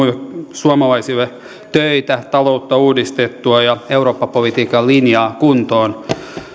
suomalaisille töitä taloutta uudistettua ja eurooppapolitiikan linjaa kuntoon